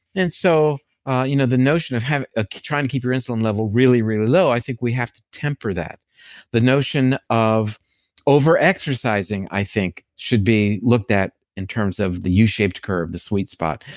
and so you know the notion of ah trying to keep your insulin level really, really low, i think we have to temper that the notion of over-exercising i think should be looked at in terms of the u-shaped curve the sweet spot.